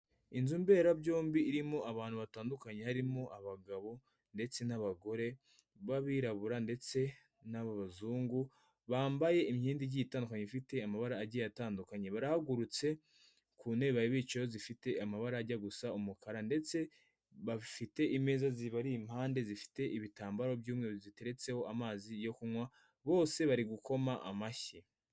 Inzu mbera byombi irimo abantu batandukanye harimo abagabo ndetse n'abagore b'abirabura ndetse n'abazungu bambaye imyenda igiye ifite amabara agiye atandukanye barahagurutse ku ntebe bari bicayeho zifite amabara ajya gusa umukara ndetse bafite imeza zibari impande zifite ibitambaro by'umweru ziteretseho amazi yo kunywa bose bari gukoma amashyi.